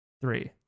three